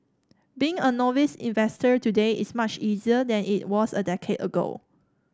being a novice investor today is much easier than it was a decade ago